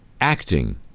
acting